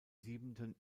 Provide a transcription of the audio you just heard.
siebenten